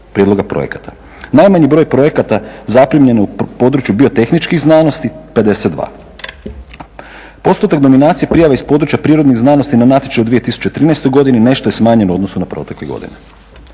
Najmanji broj projekata zaprimljen je u području biotehničkih znanosti 52. Postotak dominacije prijava iz područja prirodnih znanosti na natječaju u 2013. godini nešto je smanjen u odnosu na protekle godine.